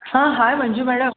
हां hi Manju madam